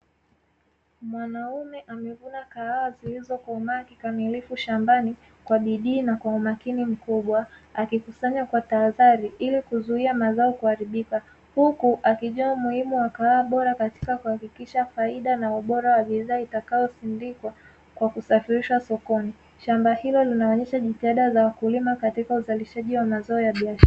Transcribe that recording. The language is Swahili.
Mwanaume amevuna kahawa zilizokomaa kikamilifu shambani, kwa bidii na kwa umakini mkubwa, akikusanya kwa tahadhari ili kuzuia mazao kuharibika, huku akijua umuhimu wa kahawa bora katika kuhakikisha faida na ubora wa bidhaa itakayosindikwa kwa kusafirishwa sokoni. Shamba hilo linaonyesha jitijada za wakulima katika uzalishaji wa mazao ya biashara.